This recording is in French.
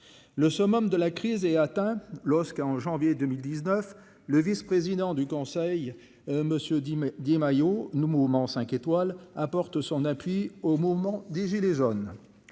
le summum de la crise est atteint. Lorsqu'en janvier 2019 le vice-. Président du Conseil, monsieur Di Meh di Maio nous Mouvement 5 étoiles apporte son appui au moment des gilets jaunes,